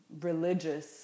religious